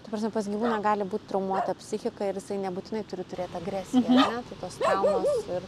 ta prasme pas gyvūną gali būt traumuota psichika ir jisai nebūtinai turi turėt agresiją ane tos traumos ir